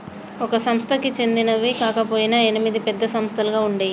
ఒక సంస్థకి చెందినవి కాకపొయినా ఎనిమిది పెద్ద సంస్థలుగా ఉండేయ్యి